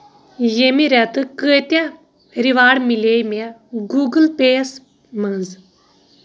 ییٚمہِ رٮ۪تہٕ کۭتیا رواڑ مِلے مےٚ گوٗگٕل پے یَس منٛز؟